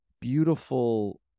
beautiful